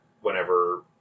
whenever